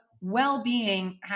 well-being